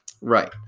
Right